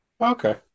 Okay